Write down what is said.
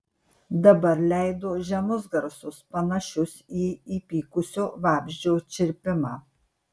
dabar leido žemus garsus panašius į įpykusio vabzdžio čirpimą